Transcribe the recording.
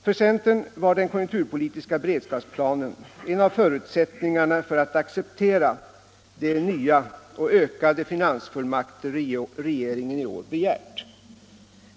För centern var den konjunkturpolitiska beredskapsplanen en av förutsättningarna för att acceptera de nya och ökade finansfullmakter regeringen i år begärt.